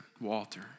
Walter